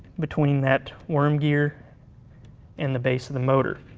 between that worm gear and the base of the motor.